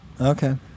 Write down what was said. Okay